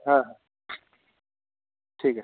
হ্যাঁ ঠিক আছে